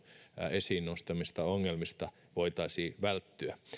esiin nostamilta ongelmilta voitaisiin välttyä